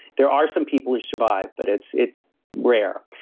there are some people who survive, but it's it's rare.